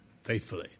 faithfully